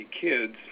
kids